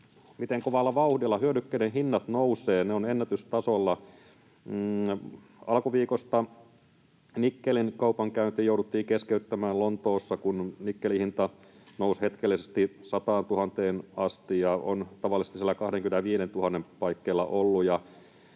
miten kovalla vauhdilla hyödykkeiden hinnat nousevat. Ne ovat ennätystasolla. Alkuviikosta nikkelin kaupankäynti jouduttiin keskeyttämään Lontoossa, kun nikkelin hinta nousi hetkellisesti 100 000:een asti ja on tavallisesti siellä 25 000:n paikkeilla ollut.